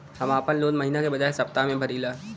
हम आपन लोन महिना के बजाय सप्ताह में भरीला